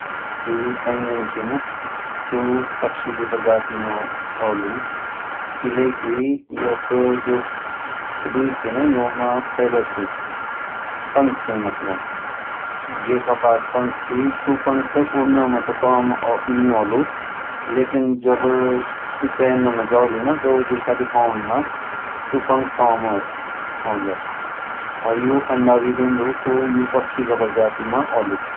जो ये पेंगुइन चे ना सू पक्षी की प्रजाति में औलू किलैकि युक जो शरीर चे ना यो मा फैदर चे पंख छे मतलब ये के पास पंख ची सु पंख उड़ना में तो काम नी औलू लेकिन जब में जाउलू ना तो दिशा दिखाऊं में सु पंख काम औंदु और यू अंडा भी देंदो तो यू पक्षी का प्रजाति में औलू